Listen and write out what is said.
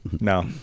No